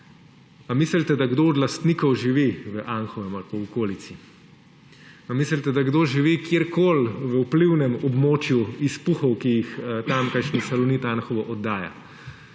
Ali mislite, da kdo od lastnikov živi v Anhovem ali pa v okolici? Ali mislite, da kdo živi kjerkoli v vplivnem območju izpuhov, ki jih tamkajšnji Salonit Anhovo oddaja?